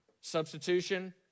Substitution